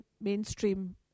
mainstream